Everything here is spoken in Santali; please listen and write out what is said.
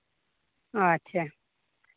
ᱟᱪᱪᱷᱟ